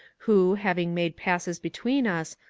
who, having made passes be tween us,